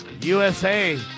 USA